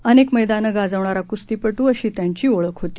अनेक मद्यानं गाजवणारा कुस्तीपटू अशी त्यांची ओळख होती